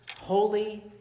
Holy